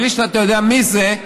בלי שאתה יודע מי זה,